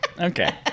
okay